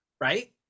Right